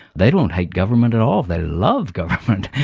they don't hate government at all. they love government.